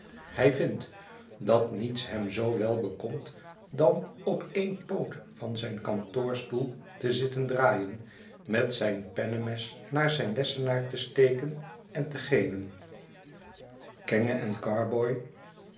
hij vindt dat niets hem zoo wel bekomt dan op één poot van zijn kantoorstoel te zitten draaien met zijn pennemes naar zijn lessenaar te steken en te geeuwen kenge en carboy